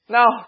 Now